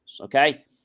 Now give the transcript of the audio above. Okay